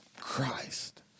Christ